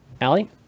Allie